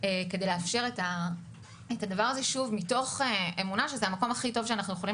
כדי לאפשר את זה מתוך אמונה שזה המקום הכי טוב שאנחנו יכולים